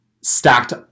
stacked